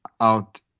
out